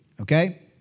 okay